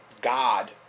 God